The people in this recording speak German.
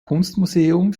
kunstmuseum